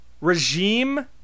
regime